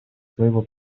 своего